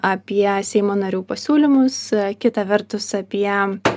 apie seimo narių pasiūlymus kita vertus apie